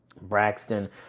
Braxton